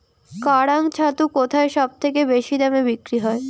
কাড়াং ছাতু কোথায় সবথেকে বেশি দামে বিক্রি হয়?